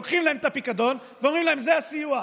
לוקחים להם את הפיקדון ואומרים להם: זה הסיוע.